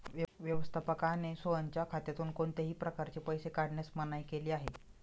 व्यवस्थापकाने सोहनच्या खात्यातून कोणत्याही प्रकारे पैसे काढण्यास मनाई केली आहे